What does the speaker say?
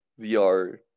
VR